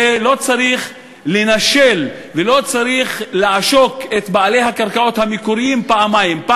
ולא צריך לנשל ולא צריך לעשוק את בעלי הקרקעות המקוריים פעמיים: גם